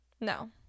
No